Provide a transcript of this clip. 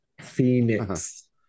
Phoenix